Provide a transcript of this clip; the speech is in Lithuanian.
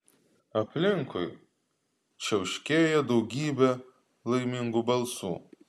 aplinkui čiauškėjo daugybė laimingų balsų